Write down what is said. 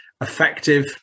effective